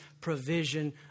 provision